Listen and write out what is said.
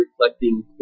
reflecting